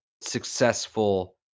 successful